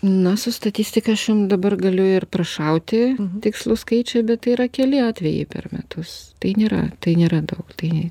na su statistika aš jum dabar galiu ir prašauti tikslų skaičių bet tai yra keli atvejai per metus tai nėra tai nėra tai